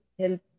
help